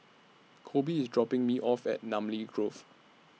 Coby IS dropping Me off At Namly Grove